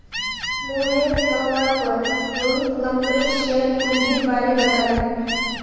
मोहनेर कहवार पर रोहित कंपनीर शेयर पूंजीर बारें बताले